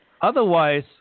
otherwise